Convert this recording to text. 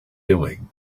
doing